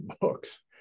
books